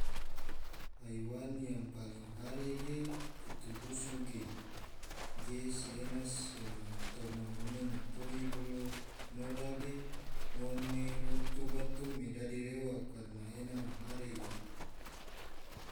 Haiwan yang paling hare ge kutu busu ge, ge si ena toma ngone na koi bolo nora ge ngone otu bato mai dadi rewa, karana ena ma hare ge.